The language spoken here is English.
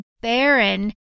Baron